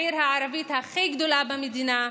העיר הערבית הכי גדולה במדינה,